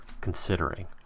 considering